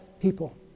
people